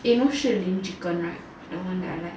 eh you know 士林 chicken right the one that I like